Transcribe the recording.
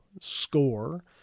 score